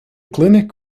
clinic